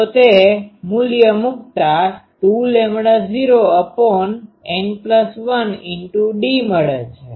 તો તે મૂલ્ય મુકતા 2૦N1d મળે છે